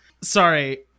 Sorry